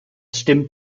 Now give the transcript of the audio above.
stimmt